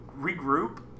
regroup